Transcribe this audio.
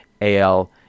AL